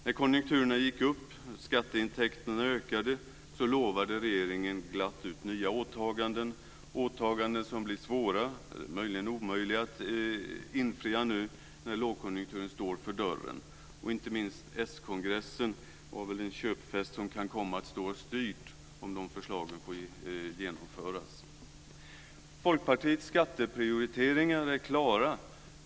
När konjunkturerna gick upp och skatteintäkterna ökade lovade regeringen glatt ut nya åtaganden, åtaganden som blir svåra - möjligen omöjliga - att infria nu när lågkonjunkturen står för dörren. Inte minst s-kongressen var väl en köpfest som kan komma att stå oss dyrt om de förslagen får genomföras. Folkpartiets skatteprioriteringar är klara.